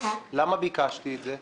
למה ביקשתי את זה?